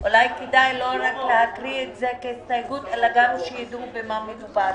אולי כדאי לא להביא את זה רק כהסתייגות אלא שיידעו במה מדובר.